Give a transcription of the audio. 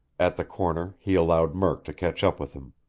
at the corner he allowed murk to catch up with him.